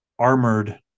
armored